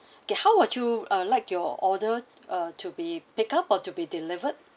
okay how would you uh like your order uh to be picked up or to be delivered